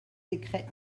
décrets